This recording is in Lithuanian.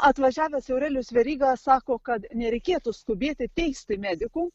atvažiavęs aurelijus veryga sako kad nereikėtų skubėti teisti medikų